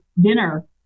dinner